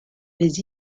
les